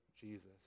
Jesus